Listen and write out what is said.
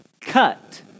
cut